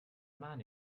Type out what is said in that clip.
man